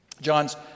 John's